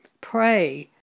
pray